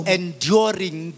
enduring